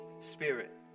Spirit